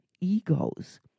egos